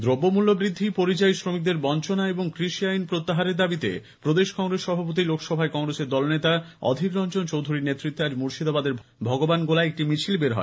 দ্রব্যমূল্য বৃদ্ধি পরিযায়ী শ্রমিকদের বঞ্চনা এবং কৃষি আইন প্রত্যাহারে দাবিতে প্রদেশ কংগ্রেস সভাপতি লোকসভায় কংগ্রেসের দলনেতা অধীর রঞ্জন চৌধুরীর নেতৃত্বে আজ মুর্শিদাবাদের ভগবানগোলায় একটি মিছিল বের হয়